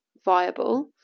viable